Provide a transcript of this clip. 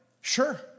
sure